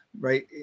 right